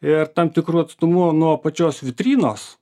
ir tam tikru atstumu nuo pačios vitrinos